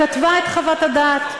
כתבה את חוות הדעת.